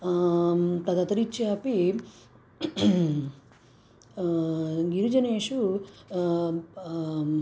तदतिरिच्यापि गिरिजनेषु